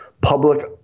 public